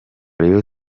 rayon